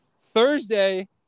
Thursday